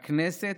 הכנסת,